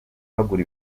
bagura